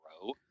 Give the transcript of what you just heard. grow